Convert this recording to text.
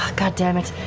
goddamn it.